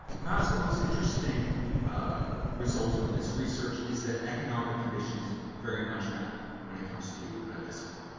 perhaps the most interesting result from this research is that economic conditions very much matter when it comes to discipline.